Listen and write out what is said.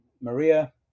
Maria